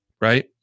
Right